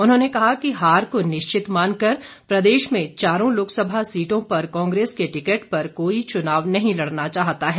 उन्होंने कहा कि हार को निश्चित मानकर प्रदेश में चारों लोकसभा सीटों पर कांग्रेस के टिकट पर कोई चुनाव नहीं लड़ना चाहता है